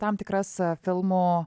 tam tikras filmų